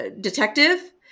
detective